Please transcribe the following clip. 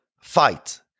fight